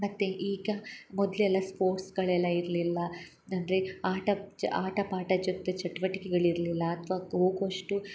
ಮತ್ತು ಈಗ ಮೊದಲೆಲ್ಲ ಸ್ಪೋರ್ಟ್ಸ್ಗಳೆಲ್ಲ ಇರಲಿಲ್ಲ ಅಂದರೆ ಆಟ ಜ ಆಟಪಾಠ ಜೊತೆ ಚಟುವಟಿಕೆಗಳು ಇರಲಿಲ್ಲ ಅಥ್ವಾ ಹೋಗುವಷ್ಟು